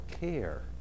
care